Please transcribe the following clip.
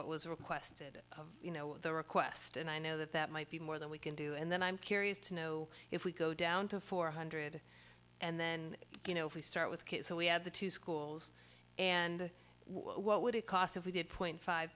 what was requested you know the request and i know that that might be more than we can do and then i'm curious to know if we go down to four hundred and then you know if we start with kate so we have the two schools and what would it cost if we did point five